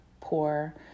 poor